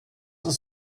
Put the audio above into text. ist